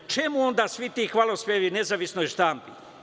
Čemu onda svi ti hvalospevi nezavisnoj štampi?